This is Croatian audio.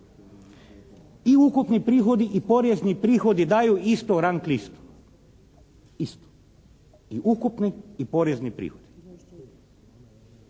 I ukupni prihodi i porezni prihodi daju istu rang listu. Istu. I ukupni i porezni prihodi.